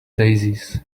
daisies